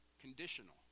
conditional